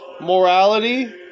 morality